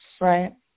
Right